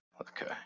Okay